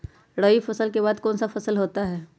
रवि फसल के बाद कौन सा फसल होता है?